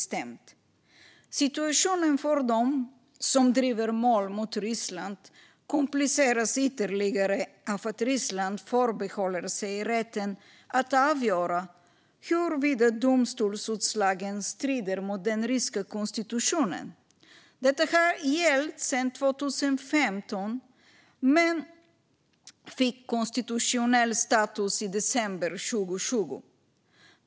Situationen för dem som driver mål mot Ryssland kompliceras ytterligare av att Ryssland förbehåller sig rätten att avgöra huruvida domstolsutslagen strider mot den ryska konstitutionen. Detta har gällt sedan 2015 men fick konstitutionell status i december 2020.